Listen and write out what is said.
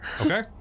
Okay